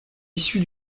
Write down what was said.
issue